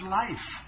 life